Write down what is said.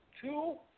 two